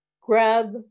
grab